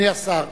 אדוני השר,